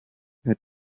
had